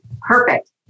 Perfect